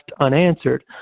unanswered